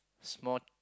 it's more